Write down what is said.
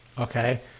Okay